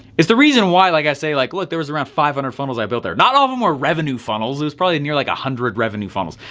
it's the reason why like i say like what there was around five hundred funnels i built there, not all of them were revenue funnels is probably near like one hundred revenue funnels,